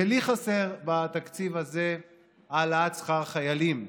ולי חסר בתקציב הזה העלאת שכר החיילים.